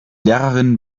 lehrerin